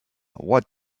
what